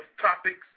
topics